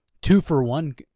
two-for-one